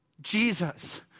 Jesus